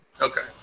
Okay